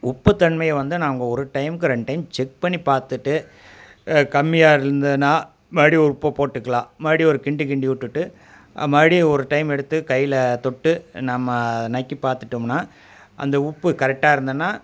உப்பு தன்மையை வந்து நாங்கள் ஒரு டைமுக்கு ரெண் டைம் செக் பண்ணி பார்த்துட்டு கம்மியாக இருந்ததுன்னால் மறுபடி ஒரு உப்பை போட்டுக்கலாம் மறுபடி ஒரு கிண்டு கிண்டி விட்டுட்டு மறுபடியும் ஒரு டைம் எடுத்து கையில் தொட்டு நம்ம நக்கி பார்த்துட்டமுன்னா அந்த உப்பு கரெக்டாக இருந்ததுன்னா